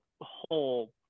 whole